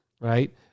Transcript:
right